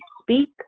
speak